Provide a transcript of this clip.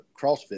CrossFit